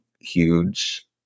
huge